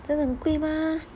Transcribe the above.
真的很贵吗